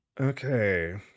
Okay